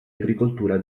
agricoltura